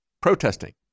protesting